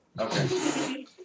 Okay